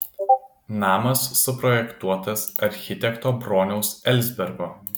namas suprojektuotas architekto broniaus elsbergo